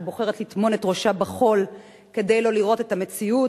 שבוחרת לטמון את ראשה בחול כדי לא לראות את המציאות,